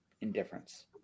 indifference